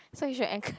so you should enc~